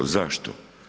Zašto?